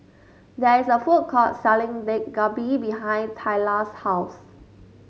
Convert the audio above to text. there is a food court selling Dak Galbi behind Thalia's house